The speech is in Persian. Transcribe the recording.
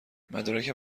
مدارک